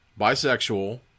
bisexual